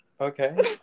okay